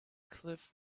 cliff